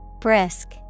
Brisk